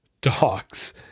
dogs